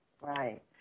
Right